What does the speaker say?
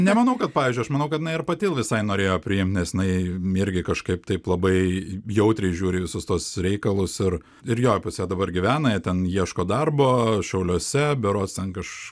nemanau kad pavyzdžiu aš manau kad inai ir pati visai norėjo priimt nes inai irgi kažkaip taip labai jautriai žiūri į visus tuos reikalus ir ir jo ir pas ją dabar gyvena jie ten ieško darbo šiauliuose berods ten kaž